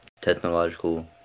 technological